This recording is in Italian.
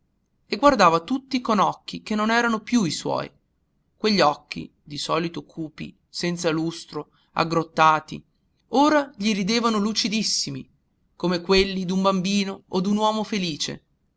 e guardava tutti con occhi che non erano più i suoi quegli occhi di solito cupi senza lustro aggrottati ora gli ridevano lucidissimi come quelli d'un bambino o d'un uomo felice